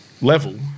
level